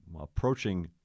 approaching